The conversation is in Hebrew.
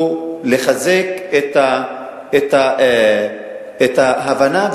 הוא לחזק את ההבנה,